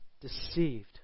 deceived